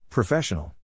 Professional